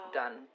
done